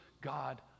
God